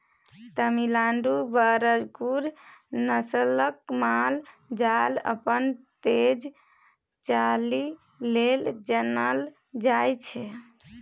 तमिलनाडुक बरगुर नस्लक माल जाल अपन तेज चालि लेल जानल जाइ छै